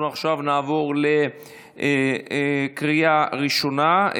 נעבור לקריאה ראשונה,